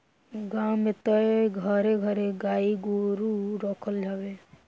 गांव में तअ घरे घरे गाई गोरु रखत हवे